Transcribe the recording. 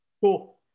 cool